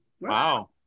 Wow